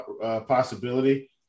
possibility